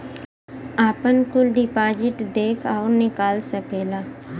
आपन कुल डिपाजिट देख अउर निकाल सकेला